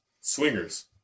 Swingers